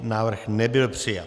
Návrh nebyl přijat.